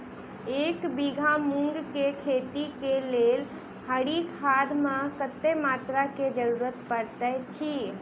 एक बीघा मूंग केँ खेती केँ लेल हरी खाद केँ कत्ते मात्रा केँ जरूरत पड़तै अछि?